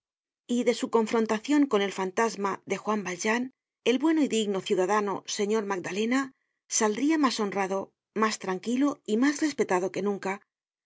y de su confrontacion con el fantasma de juan valjean el bueno y digno ciudadano señor magdalena saldria mas honrado mas tranquilo y mas respetado que nunca